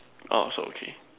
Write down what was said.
oh so okay